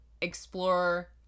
explore